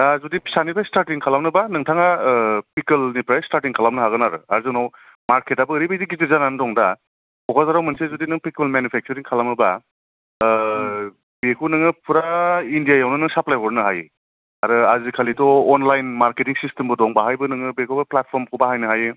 दा जुदि फिसानिफ्राय स्टार्टिं खालामनोबा नोंथाङा पिकलनिफ्राय स्टार्टिं खालामनो हागोन आरो आरो जोंनाव मार्केटाबो ओरैबादि गेदेर जानानै दङ दा क'क्राझाराव जुदि नों मोनसे पिकल मेनुफेकसारिं खालामोबा ओ बेखौ नोङो पुरा इन्डियायावनो नों साप्लाइ हरनो हायो आरो आजिखालिथ' अनलाइन मार्केटिं सिस्टेमबो दङ बाहायबो नोङो बेखौबो प्लेटफर्म बाहायनो हायो